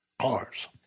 cars